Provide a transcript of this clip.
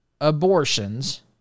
abortions